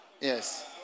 Yes